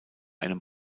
einem